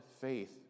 faith